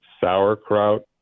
sauerkraut